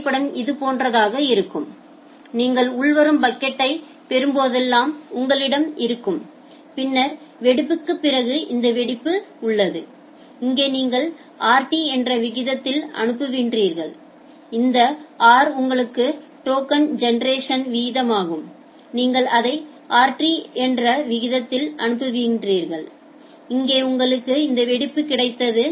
வரைபடம் இதுபோன்றதாக இருக்கும் நீங்கள் உள்வரும் பாக்கெட்டைப் பெறும்போதெல்லாம் உங்களிடம் இருக்கும் பின்னர் வெடிப்புக்குப் பிறகு இந்த வெடிப்பு உள்ளது இங்கே நீங்கள் rt என்ற விகிதத்தில் அனுப்புவீர்கள் இந்த r உங்கள் டோக்கன் ஜெனெரேஷன் வீதமாகும் நீங்கள் அதை rt என்ற விகிதத்தில் அனுப்புவீர்கள் இங்கே உங்களுக்கு இந்த வெடிப்பு கிடைத்தது